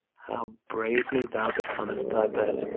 how bravely thou becom'st thy bed!